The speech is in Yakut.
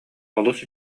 олус